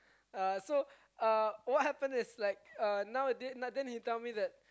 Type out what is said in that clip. uh so uh what happen is like uh nowadays then he tell me that